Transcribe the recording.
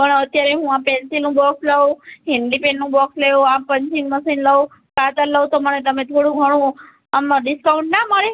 પણ અત્યારે હું આ પેન્સિલનું બોક્સ લઉં હિન્ડી પેનનું બોક્સ લઉં આ પંચિંગ મસિન લઉં કાતર લઉં તો મને તમે થોડુંઘણું આમ ડિસ્કાઉન્ટ ના મળે